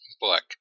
book